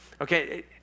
Okay